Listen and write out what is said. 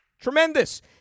Tremendous